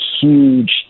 huge